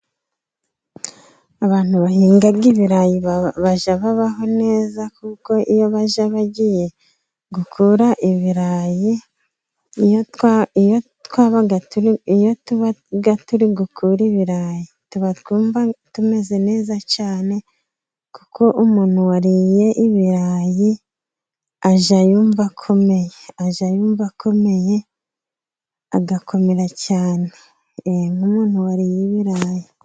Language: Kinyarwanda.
Abantu bahinga ibirayi bajya babaho neza, kuko iyo baje bagiye gukura ibirayi, iyo tuba turi gukura ibirayi twumva tumeze neza cyane, kuko umuntu wariye ibirayi ajya yumva akomeye, agakomera cyane. Nk'umuntu wariye ibirayi